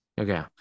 Okay